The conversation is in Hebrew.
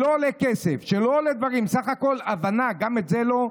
שלא עולים כסף, סך הכול הבנה, גם את זה לא?